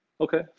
Okay